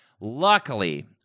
luckily